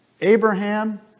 Abraham